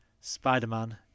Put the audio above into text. Spider-Man